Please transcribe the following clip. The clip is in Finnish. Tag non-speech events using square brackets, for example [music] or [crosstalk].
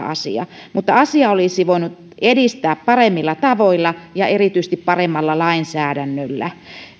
[unintelligible] asia mutta asiaa olisi voinut edistää paremmilla tavoilla ja erityisesti paremmalla lainsäädännöllä